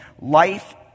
Life